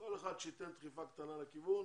כל אחד שייתן דחיפה קטנה לכיוון